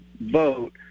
vote